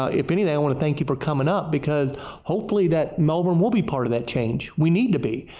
ah if anything i want to thank you for coming up because hopefully that melbourne will be part of that change we need to be.